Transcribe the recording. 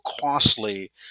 costly